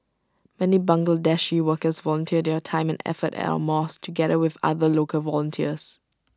many Bangladeshi workers volunteer their time and effort at our mosques together with other local volunteers